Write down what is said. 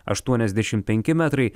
aštuoniasdešimt penki metrai